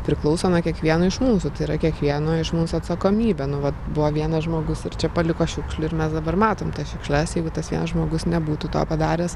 priklauso nuo kiekvieno iš mūsų tai yra kiekvieno iš mūsų atsakomybė nu vat buvo vienas žmogus ir čia paliko šiukšlių ir mes dabar matom tas šiukšles jeigu tas vienas žmogus nebūtų to padaręs